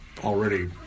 already